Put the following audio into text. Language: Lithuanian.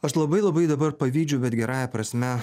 aš labai labai dabar pavydžiu bet gerąja prasme